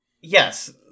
yes